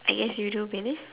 I guess you do believe